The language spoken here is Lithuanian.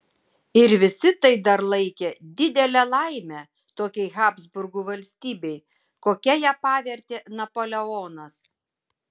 ir visi tai dar laikė didele laime tokiai habsburgų valstybei kokia ją pavertė napoleonas